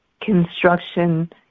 construction